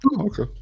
Okay